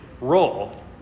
role